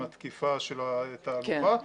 עם התקיפה של התהלוכה,